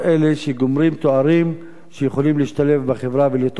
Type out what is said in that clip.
אלה שגומרים תארים ושיכולים להשתלב בחברה ולתרום לה.